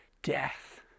Death